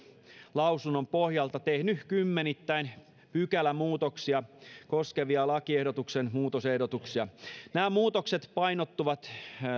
lausunnon pohjalta tehnyt kymmenittäin pykälämuutoksia koskevia lakiehdotuksen muutosehdotuksia nämä muutokset painottuvat